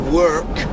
work